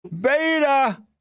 Beta